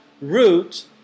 root